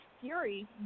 Fury